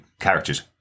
characters